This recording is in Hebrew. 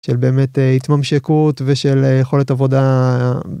של באמת ההתממשקות ושל יכולת עבודה.